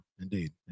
indeed